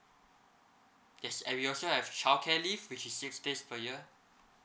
yes and we also have childcare leave which is six days per year